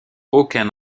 aucun